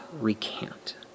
recant